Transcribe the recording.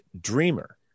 dreamer